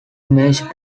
mature